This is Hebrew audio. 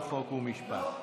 לא,